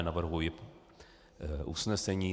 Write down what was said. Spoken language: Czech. Navrhuji usnesení.